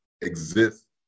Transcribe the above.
exist